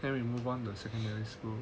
then we move on the secondary school